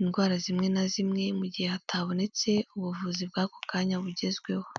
indwara zimwe na zimwe mu gihe hatabonetse ubuvuzi bw'ako kanya bugezweho.